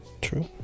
true